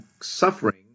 suffering